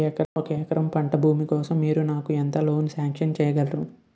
ఒక ఎకరం పంట భూమి కోసం మీరు నాకు ఎంత లోన్ సాంక్షన్ చేయగలరు?